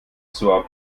zur